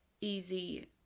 easy